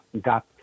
got